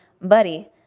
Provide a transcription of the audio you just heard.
buddy